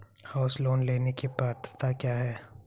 House loan लेने की पात्रता क्या है?